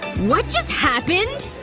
what just happened!